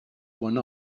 one